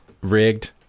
rigged